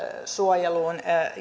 suojeluun